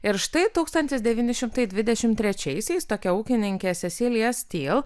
ir štai tūkstantis devyni šimtai dvidešimt trečiaisiais tokia ūkininkė sesilija styl